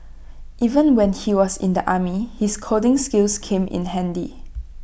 even when he was in the army his coding skills came in handy